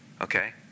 okay